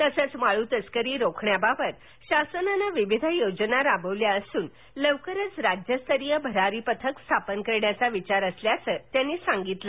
तसंच वाळू तस्करी रोखण्याबाबत शासनाने विविध योजना राबविल्या असून लवकरच राज्यस्तरीय भरारी पथक स्थापन करण्याचा विचार असल्याचं त्यांनी सांगितलं